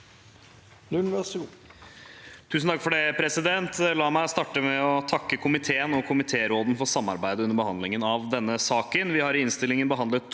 (ordfører for saken): La meg starte med å takke komiteen og komitéråden for samarbeidet under behandlingen av denne saken. Vi har i innstillingen behandlet